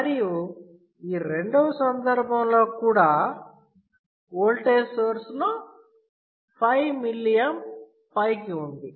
మరియు ఈ రెండవ సందర్భంలో కూడా వోల్టేజ్ సోర్స్లో 5mA పైకి ఉంది